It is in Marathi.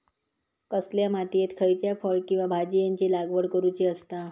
कसल्या मातीयेत खयच्या फळ किंवा भाजीयेंची लागवड करुची असता?